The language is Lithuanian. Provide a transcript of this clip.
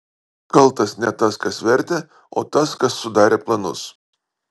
kaltas ne tas kas vertė o tas kas sudarė planus